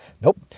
Nope